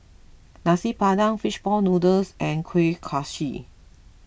Nasi Padang Fish Ball Noodles and Kuih Kaswi